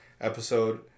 episode